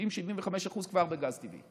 70%, 75%, כבר בגז טבעי.